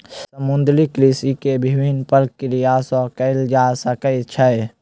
समुद्रीय कृषि के विभिन्न प्रक्रिया सॅ कयल जा सकैत छै